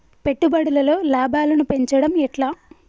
పెట్టుబడులలో లాభాలను పెంచడం ఎట్లా?